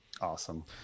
Awesome